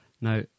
Now